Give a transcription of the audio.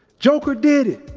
joker did it!